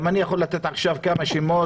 גם אני יכול לתת עכשיו כמה שמות.